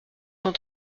cent